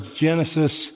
Genesis